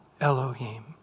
Elohim